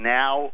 now